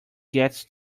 gets